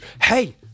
Hey